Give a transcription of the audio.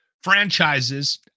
franchises